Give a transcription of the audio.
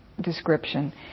description